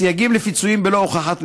סייגים לפיצויים בלא הוכחת נזק,